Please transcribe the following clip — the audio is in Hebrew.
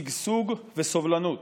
בשגשוג ובסובלנות.